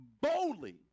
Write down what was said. Boldly